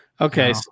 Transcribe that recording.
Okay